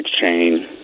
chain